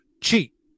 cheap